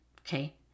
okay